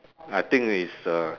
I think it's a